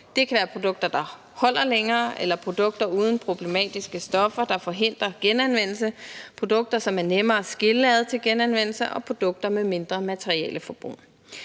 Det kan være produkter, der holder længere, eller produkter uden problematiske stoffer, der forhindrer genanvendelse. Produkter, som er nemme at skille ad til genanvendelse og produkter med mindre materialeforbrug.